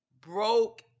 broke